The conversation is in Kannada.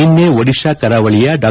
ನಿನ್ನೆ ಒಡಿಶಾ ಕರಾವಳಿಯ ಡಾ